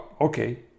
okay